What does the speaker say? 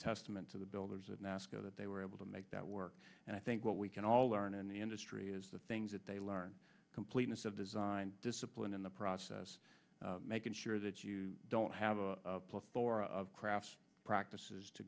testament to the builders of nascar that they were able to make that work and i think what we can all learn in the industry is the things that they learn completeness of design discipline in the process making sure that you don't have a plethora of craft practices to